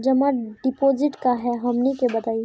जमा डिपोजिट का हे हमनी के बताई?